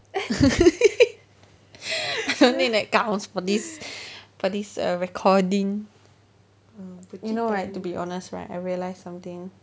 for this for this err recording you know right to be honest right I realised something